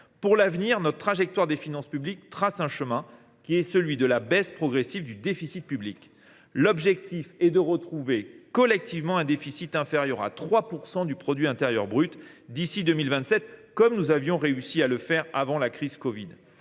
Pour l’avenir, notre trajectoire de finances publiques trace un chemin qui est celui de la baisse progressive du déficit public. L’objectif est de retrouver collectivement un déficit inférieur à 3 % du produit intérieur brut d’ici à 2027, comme nous avions réussi à le faire avant la crise du